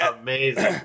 amazing